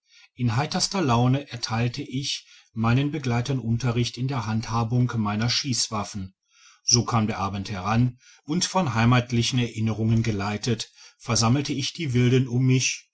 in heiterster laune erteilte ich meinen begleitern unterricht in der handhabung meiner schiesswaffen so kam der abend heran und von heimatlichen erinnerungen geleitet versammelte ich die wilden um mich